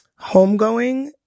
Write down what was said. homegoing